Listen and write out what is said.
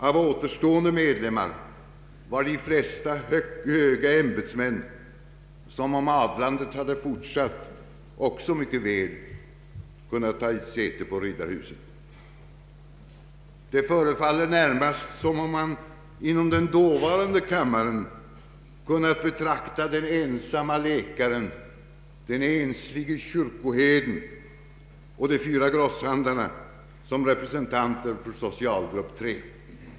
Av återstående medlemmar var de flesta höga ämbetsmän som om adlandet fortsatt också mycket väl kunnat taga säte på riddarhuset. Det förefaller närmast som om man inom den dåvarande kammaren kunnat betrakta den ensamme läkaren, den enslige kyrkoherden och de fyra grosshandlarna som representanter för socialgrupp 3.